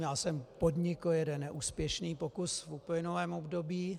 Já jsem podnikl jeden neúspěšný pokus v uplynulém období.